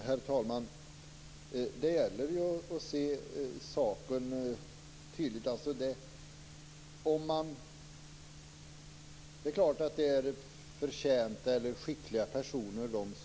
Herr talman! Det gäller att se saken tydligt. Det är klart att de som utses är förtjänta och skickliga personer.